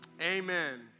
amen